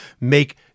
make